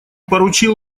поручил